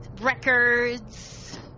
records